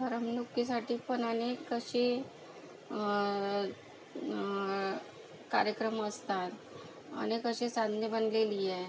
करमणुकीसाठी पण अनेक असे कार्यक्रम असतात अनेक असे साधने बनलेली आहे